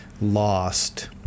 lost